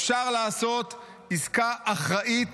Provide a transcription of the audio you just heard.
אפשר לעשות עסקה אחראית,